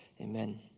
Amen